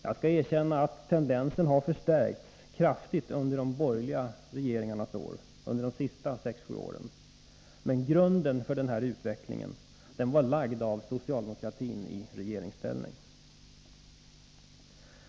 Jag skall erkänna att tendensen har förstärkts kraftigt under de borgerliga regeringarnas år, men grunden för denna utveckling var lagd av socialdemokratin i regeringsställning.